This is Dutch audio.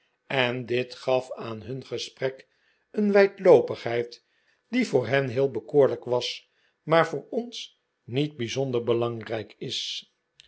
en dit gaf aan hun gesprek een wijdloopigheid die voor hen heel bekoorlijk was maar voor ons niet bijzonder belangrijk is